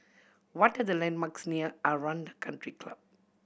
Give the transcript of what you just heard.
what are the landmarks near Aranda Country Club